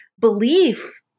belief